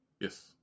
Yes